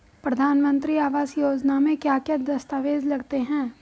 प्रधानमंत्री आवास योजना में क्या क्या दस्तावेज लगते हैं?